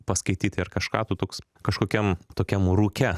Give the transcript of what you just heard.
paskaityti ar kažką tu toks kažkokiam tokiam rūke